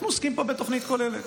אנחנו עוסקים פה בתוכנית כוללת.